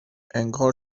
انگار